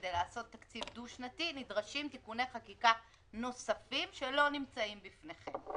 כדי לעשות תקציב דו-שנתי נדרשים תיקוני חקיקה נוספים שלא נמצאים בפניכם.